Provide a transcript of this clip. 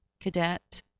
cadet